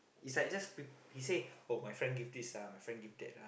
it's like he just he say oh my friend give us this ah my friend give that ah